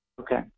okay